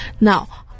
Now